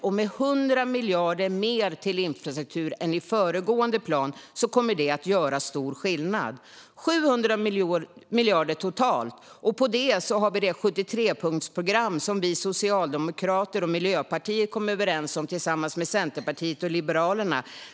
Med 100 miljarder kronor mer till infrastruktur än i föregående plan kommer det att göra stor skillnad - 700 miljarder kronor totalt. Dessutom har vi det 73-punktsprogram som Socialdemokraterna och Miljöpartiet kommit överens om tillsammans med Centerpartiet och Liberalerna.